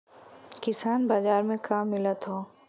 किसान बाजार मे का मिलत हव?